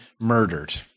murdered